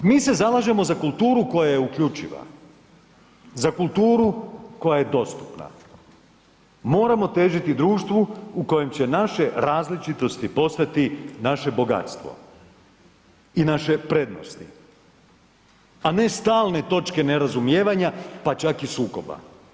Mi se zalažemo za kulturu koja je uključiva, za kulturu koja je dostupna, moramo težiti društvu u kojem će naše različitosti postati naše bogatstvo i naše prednosti, a ne stalne točke nerazumijevanja, pa čak i sukoba.